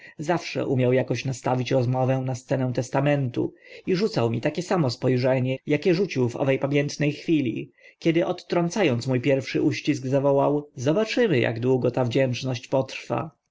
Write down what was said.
zawsze umiał akoś nastawić rozmowę na scenę testamentu i rzucał mi takie samo spo rzenie akie rzucił w owe pamiętne chwili kiedy odtrąca ąc mó pierwszy uścisk zawołał zobaczymy ak długo ta wdzięczność potrwa